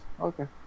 Okay